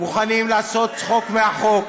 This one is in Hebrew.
מוכנים לעשות צחוק מהחוק.